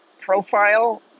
profile